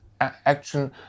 action